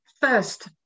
first